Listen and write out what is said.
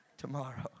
tomorrow